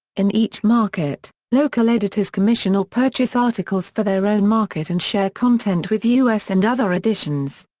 in each market, local editors commission or purchase articles for their own market and share content with us and other editions.